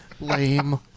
Lame